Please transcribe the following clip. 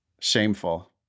Shameful